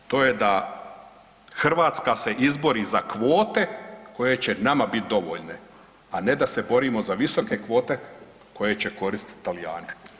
To je da Hrvatska se izbori za kvote koje će nama bit dovoljne, a ne da se borimo za visoke kvote koje će koristit Talijanima.